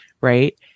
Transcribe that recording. right